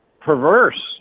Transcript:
perverse